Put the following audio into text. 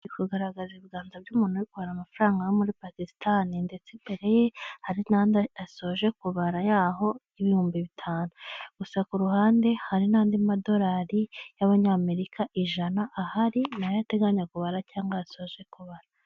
Iri kugaragaza ibiganza by'umuntu uri kubara amafaranga yo muri Pakisitani ndetse imbere ye hari n'andi asoje kubara yaho y'ibihumbi bitanu, gusa ku ruhande hari n'andi madorari y'amanyamerika ijana ahari nayo ateganya kubara cyangwa yasoje kubara.